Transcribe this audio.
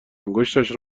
انگشتش